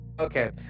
Okay